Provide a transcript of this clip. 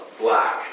black